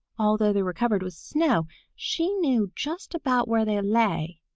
although they were covered with snow she knew just about where they lay,